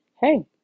hey